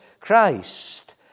Christ